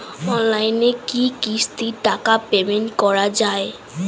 অনলাইনে কি কিস্তির টাকা পেমেন্ট করা যায়?